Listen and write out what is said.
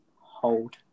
hold